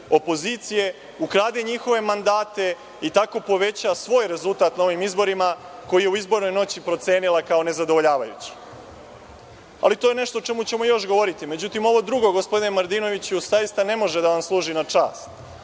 opozicije, ukrade njihove mandate i tako poveća svoj rezultat na ovim izborima koji je u izbornoj noći procenila kao nezadovoljavajući. To je nešto o čemu ćemo još govoriti.Međutim, ovo drugo, gospodine Martinoviću, zaista ne može da vam služi na čast.